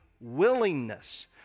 willingness